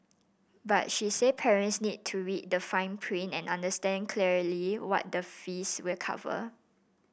but she said parents need to read the fine print and understand clearly what the fees will cover